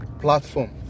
platform